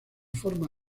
forma